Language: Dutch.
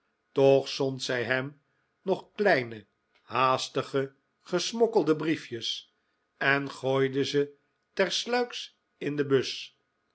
toch zond zij hem nog kleine haastige gesmokkelde briefjes en gooide ze tersluiks in de bus